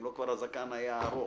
אחרת הזקן כבר היה ארוך.